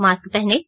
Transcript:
mask पहनें